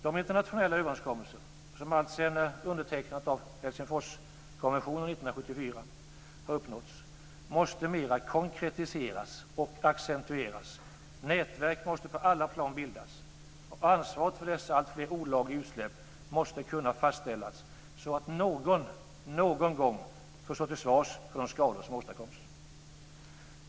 De internationella överenskommelser som alltsedan undertecknandet av Helsingforskonventionen 1974 har uppnåtts måste mera konkretiseras och accentueras, nätverk måste på alla plan bildas och ansvaret för dessa alltfler olagliga utsläpp måste kunna fastställas, så att någon någon gång får stå till svars för de skador som åstadkoms.